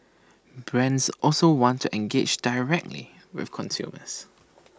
brands also want to engage directly with consumers